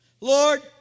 Lord